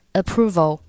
approval